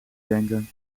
denken